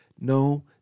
No